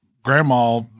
Grandma